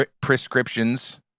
prescriptions